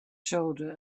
shoulder